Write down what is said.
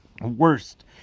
worst